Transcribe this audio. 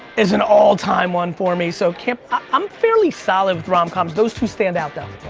is an all-time one for me. so, kip, i'm fairly solid with rom-coms. those two stand out though.